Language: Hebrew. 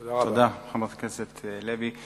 תודה, חברת הכנסת לוי.